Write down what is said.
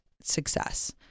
success